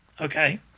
okay